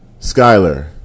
Skyler